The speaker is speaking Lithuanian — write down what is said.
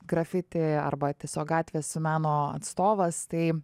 grafiti arba tiesiog gatvės meno atstovas tai